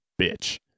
bitch